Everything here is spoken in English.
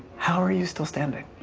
how are you still standing?